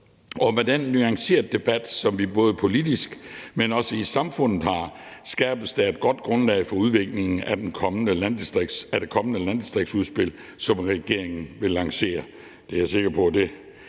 og med den nuancerede debat, som vi både politisk, men også i samfundet har, skabes der et godt grundlag for udviklingen af det kommende landdistriktsudspil, som regeringen vil lancere. Det er jeg sikker på at